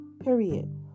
Period